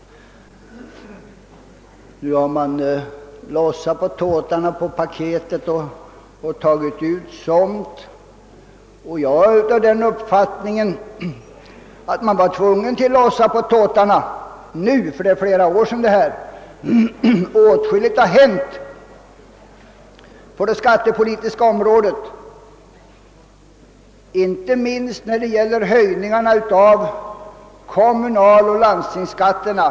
Nu har man lossat tåtarna på paketet och tagit ut somt. Jag har den uppfattningen att man var tvungen att göra det nu, ty paketet lades fram för flera år sedan och åtskilligt har hänt på det skattepolitiska området. Inte minst har vi fått höjningar av kommunaloch landstingsskatterna.